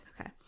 Okay